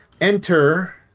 Enter